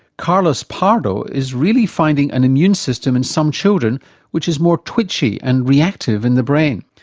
carlos pardo is really finding an immune system in some children which is more twitchy and reactive in the brain.